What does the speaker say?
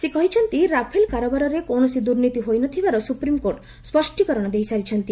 ସେ କହିଛନ୍ତି ରାଫେଲ କାରବାରରେ କୌଣସି ଦୁର୍ନୀତି ହୋଇନଥିବାର ସୁପ୍ରିମକୋର୍ଟ ସ୍ୱଷ୍ଟୀକରଣ ଦେଇସାରିଛନ୍ତି